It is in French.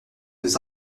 des